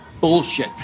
bullshit